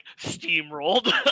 steamrolled